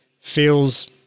feels